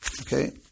Okay